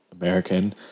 American